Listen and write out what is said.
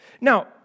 Now